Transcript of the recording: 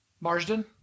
Marsden